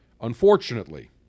unfortunately